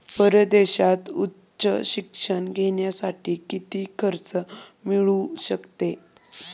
परदेशात उच्च शिक्षण घेण्यासाठी किती कर्ज मिळू शकते?